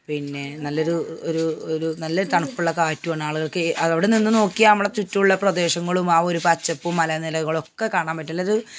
പിന്നെ നല്ലൊരു ഒരു ഒരു നല്ല തണുപ്പുള്ള കാറ്റുമാണ് ആളുകൾക്ക് അവിടെ നിന്ന് നോക്കിയാൽ നമ്മുടെ ചുറ്റുമുള്ള പ്രദേശങ്ങളും ആ ഒരു പച്ചപ്പും മലനിരകളൊക്കെ കാണാൻ പറ്റുന്നൊരു